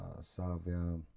salvia